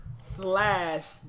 slash